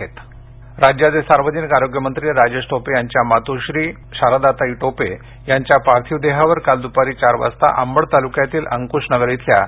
निधन टोपे राज्याचे सार्वजनिक आरोग्य मंत्री राजेश टोपे यांच्या मात्ःश्री शारदाताई टोपे यांच्या पार्थिव देहावर काल दुपारी चार वाजता अंबड तालुक्यातील अंकुशनगर इथल्या